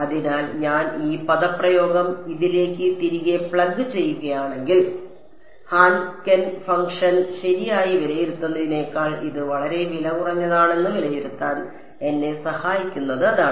അതിനാൽ ഞാൻ ഈ പദപ്രയോഗം ഇതിലേക്ക് തിരികെ പ്ലഗ് ചെയ്യുകയാണെങ്കിൽ ഹാൻകെൽ ഫംഗ്ഷൻ ശരിയായി വിലയിരുത്തുന്നതിനേക്കാൾ ഇത് വളരെ വിലകുറഞ്ഞതാണെന്ന് വിലയിരുത്താൻ എന്നെ സഹായിക്കുന്നത് അതാണ്